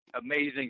amazing